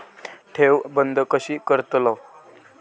ठेव बंद कशी करतलव?